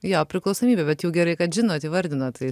jo priklausomybė bet jau gerai kad žinot įvardinot tai